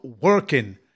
working